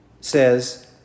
says